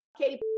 Katie